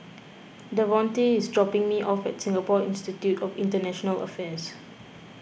Davonte is dropping me off at Singapore Institute of International Affairs